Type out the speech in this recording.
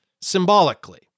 symbolically